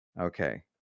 Okay